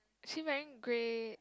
is she wearing grey